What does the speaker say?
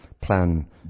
plan